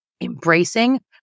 embracing